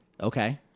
Okay